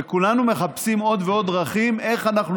וכולנו מחפשים עוד ועוד דרכים איך אנחנו